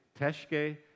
Teshke